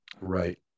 Right